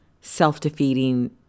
self-defeating